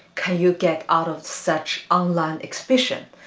can you get out of such online exhibition?